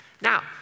Now